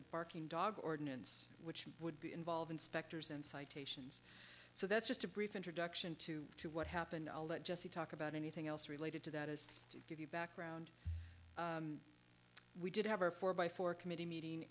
the barking dog ordinance which would be involve inspectors and citations so that's just a brief introduction to to what happened that jesse talk about anything else related to that is to give you background we did have a four by four committee meeting